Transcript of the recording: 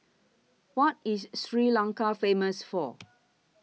What IS Sri Lanka Famous For